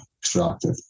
extractive